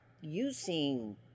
using